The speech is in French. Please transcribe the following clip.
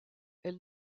elle